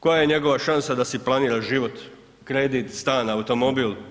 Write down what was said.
Koja je njegova šansa da si planira život, kredit, stan, automobil?